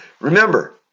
remember